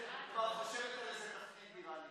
הכנסת כבר חושבת על איזה תפקיד.